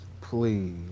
Please